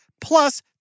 plus